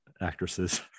actresses